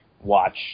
Watch